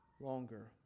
longer